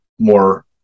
More